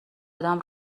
ادم